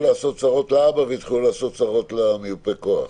לעשות צרות לאבא והתחילו לעשות צרות למיופה כוח.